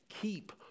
keep